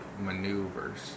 maneuvers